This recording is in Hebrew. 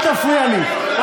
אני קורא אותך לסדר פעם ראשונה.